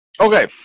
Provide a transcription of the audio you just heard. Okay